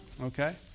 Okay